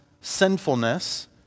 sinfulness